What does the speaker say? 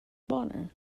bonner